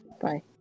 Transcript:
Bye